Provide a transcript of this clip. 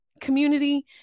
community